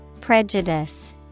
Prejudice